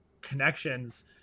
connections